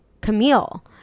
Camille